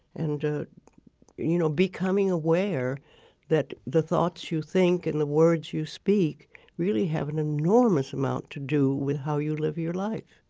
and ah you know becoming aware that the thoughts you think and the words you speak really have an enormous amount to do with how you live your life.